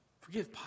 Forgive